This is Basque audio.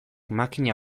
makina